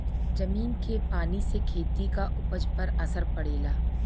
जमीन के पानी से खेती क उपज पर असर पड़ेला